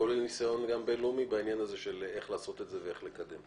כולל ניסיון גם בין-לאומי בעניין הזה של איך לעשות ואיך לקדם.